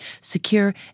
secure